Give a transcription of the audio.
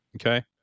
okay